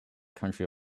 country